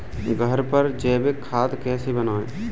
घर पर जैविक खाद कैसे बनाएँ?